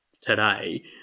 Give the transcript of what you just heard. today